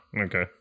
Okay